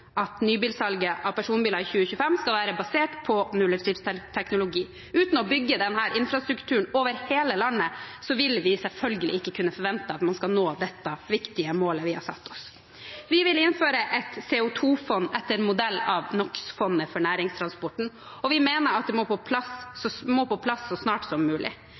at nybilsalget av personbiler i 2025 skal være basert på nullutslippsteknologi. Uten å bygge denne infrastrukturen over hele landet vil vi selvfølgelig ikke kunne forvente at man skal nå dette viktige målet vi har satt oss. Vi vil innføre et CO 2 -fond etter modell av NO x -fondet for næringstransporten, og vi mener at det må på plass så